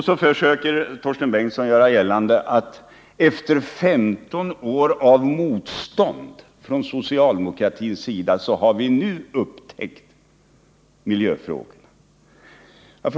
Så försöker Torsten Bengtson göra gällande att efter 15 år av motstånd från socialdemokratins sida har vi nu upptäckt miljöfrågorna.